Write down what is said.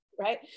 Right